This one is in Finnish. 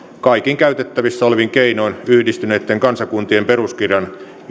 kaikin käytettävissä olevin keinoin yhdistyneitten kansakuntien peruskirjan